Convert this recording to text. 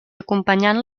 acompanyant